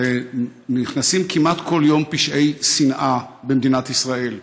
נכנסים כמעט כל יום פשעי שנאה במדינת ישראל,